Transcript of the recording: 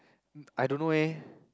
uh I don't know eh